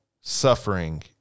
suffering